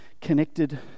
connected